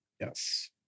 yes